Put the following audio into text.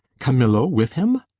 camillo with him?